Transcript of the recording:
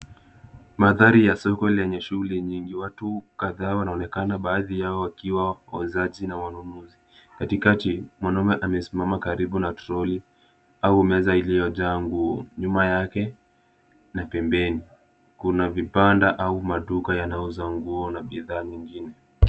Mandhari ya soko lenye shughuli nyingi. Watu kadhaa wanaonekana baadhi yao wakiwa wauzaji na wanunuzi. Katikati mwanaume amesimama karibu na troli au meza iliyojaa nguo. Nyuma yake na pembeni kuna vibanda au maduka yanayouza nguo na bidhaa nyingine.